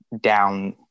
down